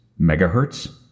Megahertz